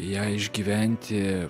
ją išgyventi